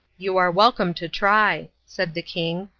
you are welcome to try, said the king,